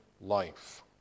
life